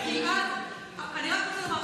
גלעד,